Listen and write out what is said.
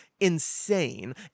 insane